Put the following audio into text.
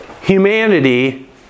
humanity